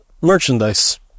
merchandise